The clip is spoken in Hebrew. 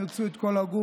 הם ירצו את כל הגוף,